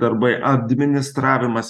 darbai administravimas